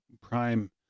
prime